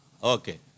Okay